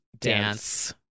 Dance